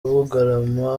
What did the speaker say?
bugarama